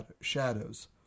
shadows